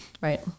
right